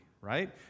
right